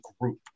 group